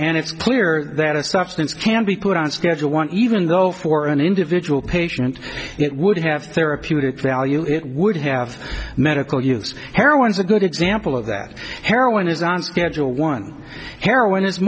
and it's clear that a substance can be put on schedule one even though for an individual patient it would have therapeutic value it would have medical use heroin is a good example of that heroin is on schedule one heroin i